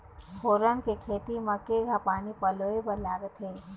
फोरन के खेती म केघा पानी पलोए बर लागथे?